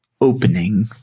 opening